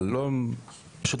אלא אם חס וחלילה היה לי סרטן.